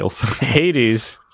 Hades